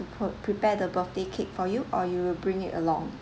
to pr~ prepare the birthday cake for you or you will bring it along